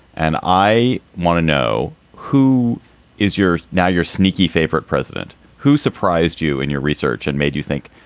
and i want to know who is your now your sneaky favorite president who surprised you in your research and made you think,